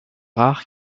rare